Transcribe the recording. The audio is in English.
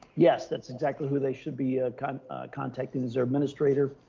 yes, that's exactly who they should be a kind of contacting is their administrator.